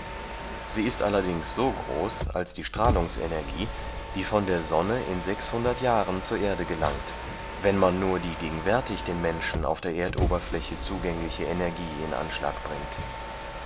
sie ist allerdings so groß als die strahlungsenergie die von der sonne in sechshundert jahren zur erde gelangt wenn man nur die gegenwärtig den menschen auf der erdoberfläche zugängliche energie in anschlag bringt